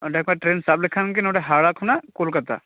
ᱚᱸᱰᱮ ᱠᱷᱚᱱ ᱴᱨᱮᱱ ᱥᱟᱵ ᱞᱮᱠᱷᱟᱱ ᱜᱮ ᱱᱚᱸᱰᱮ ᱦᱟᱣᱲᱟ ᱠᱷᱚᱱᱟᱜ ᱠᱳᱞᱠᱟᱛᱟ